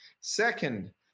Second